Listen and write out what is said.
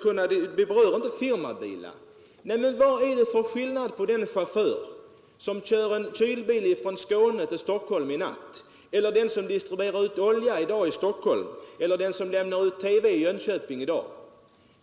till den yrkesmässiga trafiken räknas inte firmabilar. Men vad är det för skillnad mellan en chaufför som kör en kylbil från Skåne till Stockholm en natt och en chaufför som distribuerar olja i Stockholm eller som lämnar ut TV-apparater i Jönköping en dag?